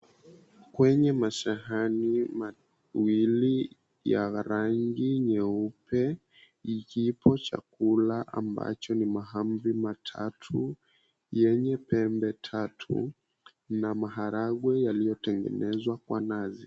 Kwenye masahani mawili ya rangi nyeupe, kipo chakula ambacho ni mahamri matatu yenye pembe tatu na maharagwe yaliyotengenezwa kwa nazi.